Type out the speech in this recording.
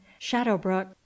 Shadowbrook